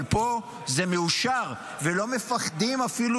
אבל פה זה מאושר, ולא מפחדים אפילו